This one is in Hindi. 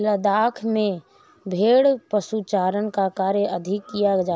लद्दाख में भेड़ पशुचारण का कार्य अधिक किया जाता है